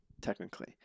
technically